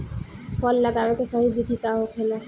फल लगावे के सही विधि का होखेला?